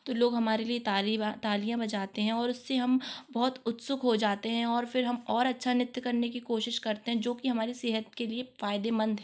तो लोग हमारे लिए ताली तालियाँ बजाते हैं और उससे हम बहुत उत्सुक हो जाते हैं और फिर हम और अच्छा नृत्य करने की कोशिश करते हैं जो कि हमारी सेहत के लिए फायदेमंद है